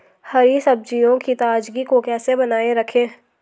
हरी सब्जियों की ताजगी को कैसे बनाये रखें?